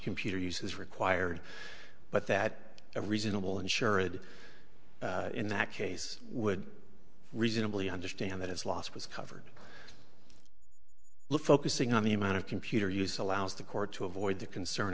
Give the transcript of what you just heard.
computer use is required but that a reasonable insured in that case would reasonably understand that his loss was covered look focusing on the amount of computer use allows the court to avoid the concern